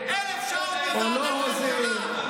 אלף שעות בוועדת הכלכלה.